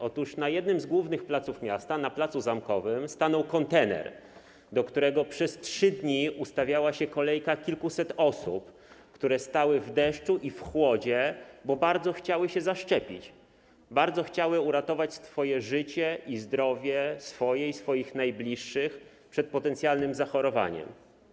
Otóż na jednym z głównych placów miasta, pl. Zamkowym, stanął kontener, do którego przez 3 dni ustawiała się kolejka kilkuset osób, które stały w deszczu i w chłodzie, bo bardzo chciały się zaszczepić, bardzo chciały uratować życie i zdrowie swoje i swoich najbliższych, uchronić przed potencjalnym zachorowaniem.